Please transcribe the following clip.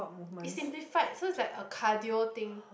it's simplified so it's like a cardio thing